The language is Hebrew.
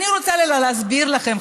אני רוצה להסביר לכם,